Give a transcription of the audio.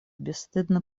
бесстыдно